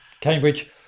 Cambridge